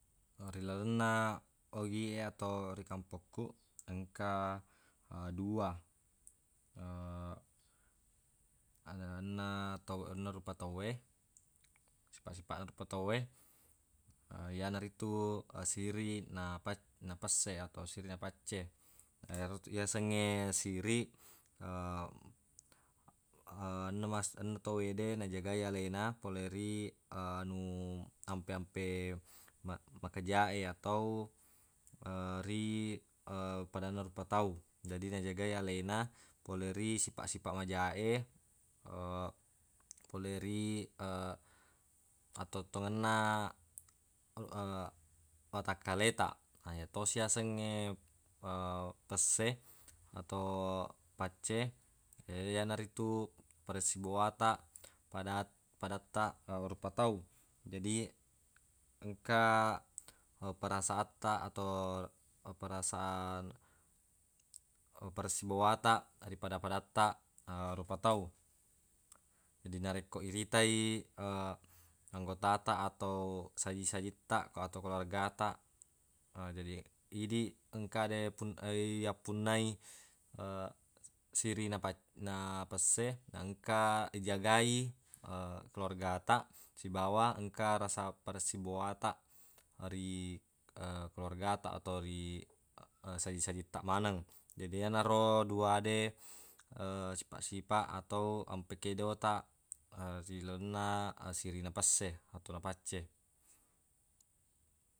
Ri lalenna ogi atau ri kampokku engka dua anenna ta anunna rupa tauwe sipaq-sipaq na rupa tauwe yanaritu siriq na pac- na pesse atau siriq na pacce. Yero yasengnge siriq anunna mas- anunna tawwede najagai alena pole ri anu ampe-ampe ma- makejae atau ri padanna rupa tau, jadi najagai alena pole ri sipaq-sipaq majae pole ri atottongenna watakkaletaq. Na yatosi yasengnge pesse atau pacce iyanaritu paresse bebuataq padat- padattaq rupa tau. Jadi engka perasaantaq atau perasaan paresse bebuataq ripada-padattaq rupa tau. Jadi narekko iritai anggotataq atau saji-sajittaq atau keluarga taq, jadi idi engkade pun- iyappunnai siriq na pac- na pesse na engka rijagai keluargataq sibawa engka rasa paresse bebuataq ri keluargataq atau ri saji-sajittaq maneng. Jadi yenaro duade sipaq-sipaq atau ampe kedotaq ri lalenna siri na pesse atau na pacce.